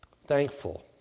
thankful